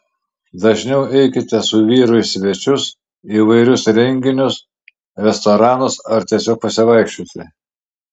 dažniau eikite su vyru į svečius įvairius renginius restoranus ar tiesiog pasivaikščioti